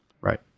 right